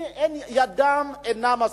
ידם אינה משגת.